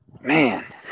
man